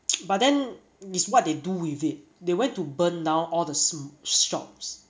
but then it's what they do with it they went to burn down all the small shops